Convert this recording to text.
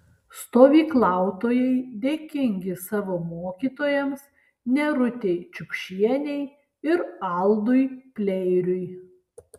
stovyklautojai dėkingi savo mokytojams nerutei čiukšienei ir aldui pleiriui